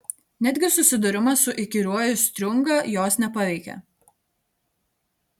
netgi susidūrimas su įkyriuoju striunga jos nepaveikė